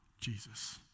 Jesus